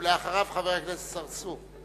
ואחריו, חבר הכנסת צרצור.